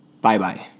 bye-bye